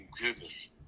goodness